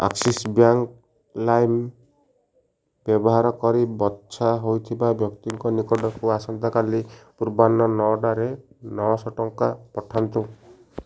Axis bank ଲାଇମ୍ ବ୍ୟବହାର କରି ବଛା ହୋଇଥିବା ବ୍ୟକ୍ତିଙ୍କ ନିକଟକୁ ଆସନ୍ତାକାଲି ନଅ ପୂର୍ବାହ୍ନଟାରେ ନଅଶହ ଟଙ୍କା ପଠାନ୍ତୁ